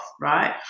right